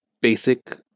basic